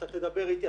אתה תדבר איתי,